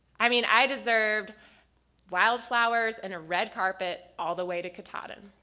i mean, i deserved wildflowers and red carpet all the way to katahdin.